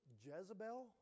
Jezebel